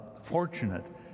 fortunate